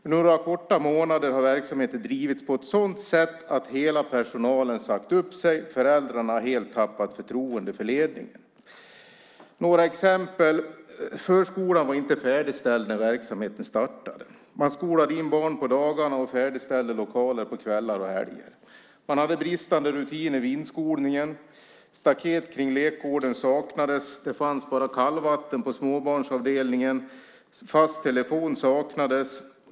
Under några korta månader har verksamheten bedrivits på ett sådant sätt att hela personalen sagt upp sig och föräldrarna helt har tappat förtroendet för ledningen. Några exempel: Förskolan var inte färdigställd när verksamheten startade. Man skolade in barn på dagarna och färdigställde lokaler på kvällar och helger. Man hade bristande rutiner vid inskolningen. Staket kring lekgården saknades. Det fanns bara kallvatten på småbarnsavdelningen. Fast telefon saknades.